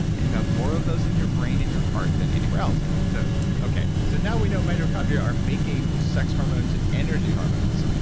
and you have more of those in your brain and your heart than anywhere else. so okay. so now we know mitochondria are making sex hormones and energy hormones.